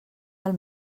del